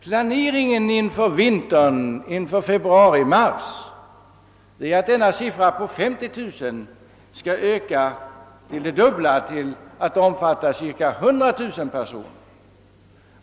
Man räknar med att denna siffra i februari—mars nästa år skall öka till det dubbla, d.v.s. till cirka 100 000 personer.